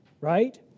Right